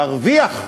מרוויח.